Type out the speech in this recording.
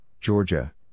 Georgia